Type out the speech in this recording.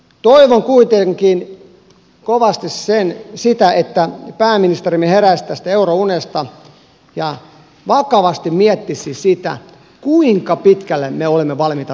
toivon kuitenkin kovasti sitä että pääministerimme heräisi tästä eurounesta ja vakavasti miettisi sitä kuinka pitkälle me olemme valmiita menemään